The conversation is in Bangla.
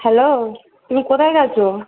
হ্যালো তুমি কোথায় গেছো